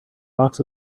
box